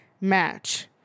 match